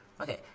Okay